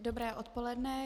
Dobré odpoledne.